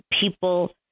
people